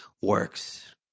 works